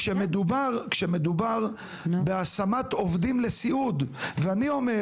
כשמדובר בהשמת עובדים לסיעוד ואני אומר